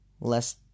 less